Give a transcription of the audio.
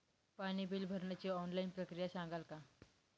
पाणी बिल भरण्याची ऑनलाईन प्रक्रिया सांगाल का?